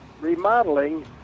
remodeling